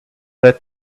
that